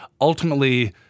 ultimately